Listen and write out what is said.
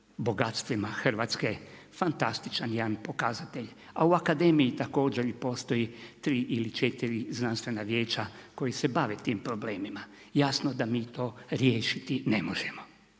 bogatstvima Hrvatske fantastičan jedan pokazatelj. A u akademiji također postoji tri ili četiri znanstvena vijeća koja se bave tim problemima. Jasno da mi to riješiti ne možemo.